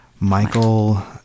Michael